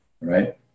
Right